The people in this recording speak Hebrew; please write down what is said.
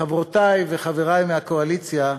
חברותי וחברי מהקואליציה,